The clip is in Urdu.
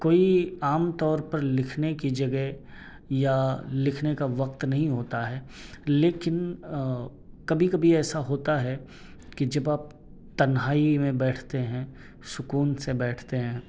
کوئی عام طور پر لکھنے کی جگہ یا لکھنے کا وقت نہیں ہوتا ہے لیکن کبھی کبھی ایسا ہوتا ہے کہ جب آپ تنہائی میں بیٹھتے ہیں سکون سے بیٹھتے ہیں